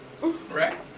Right